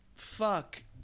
Fuck